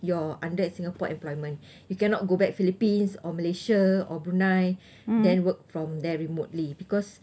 you are under singapore employment you cannot go back philippines or malaysia or brunei then work from their remotely because